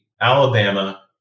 Alabama